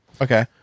okay